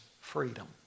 freedom